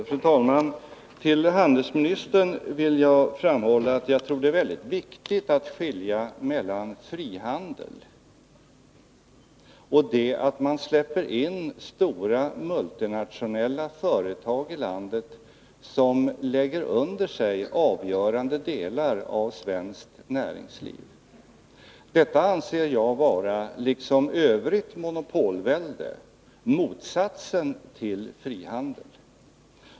Fru talman! För handelsministern vill jag framhålla att jag tror att det är mycket viktigt att man skiljer mellan frihandel och insläppandet av stora multinationella företag i landet som lägger under sig väsentliga delar av svenskt näringsliv. Detta, liksom övrigt monopolvälde, anser jag vara motsatsen till frihandel.